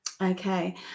Okay